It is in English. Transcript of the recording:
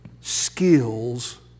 skills